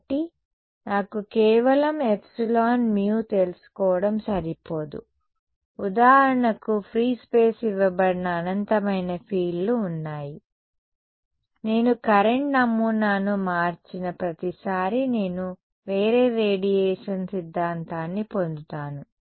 కాబట్టి నాకు కేవలం ε μ తెలుసుకోవడం సరిపోదు ఉదాహరణకు ఫ్రీ స్పేస్ ఇవ్వబడిన అనంతమైన ఫీల్డ్లు ఉన్నాయి నేను కరెంట్ నమూనాను మార్చిన ప్రతిసారీ నేను వేరే రేడియేషన్ సిద్ధాంతాన్ని పొందుతాను